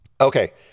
Okay